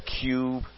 cube